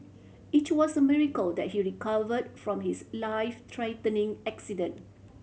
it was a miracle that he recovered from his life threatening accident